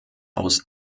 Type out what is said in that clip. aus